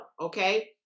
okay